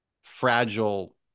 fragile